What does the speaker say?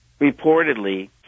reportedly